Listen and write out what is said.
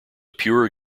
pure